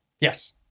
Yes